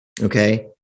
Okay